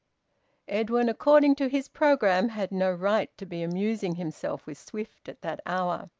edwin, according to his programme, had no right to be amusing himself with swift at that hour.